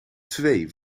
twee